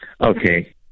okay